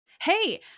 Hey